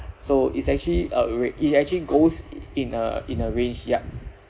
so it's actually uh wa~ wait it's actually goes in a in a range ya